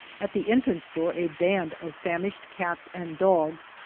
at the entrance door a band of famished cats and dogs,